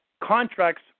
contracts